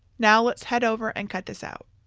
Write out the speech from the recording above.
now let's head over and cut this out.